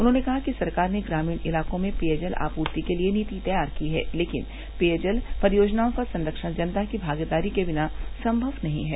उन्होंने कहा कि सरकार ने ग्रामीण इलाकों में पेयजल आपूर्ति के लिए नीति तैयार की है लेकिन पेयजल परियोजनाओं का संरक्षण जनता की भागीदारी के बिना संमव नहीं है